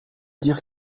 dire